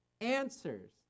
Answers